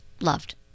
loved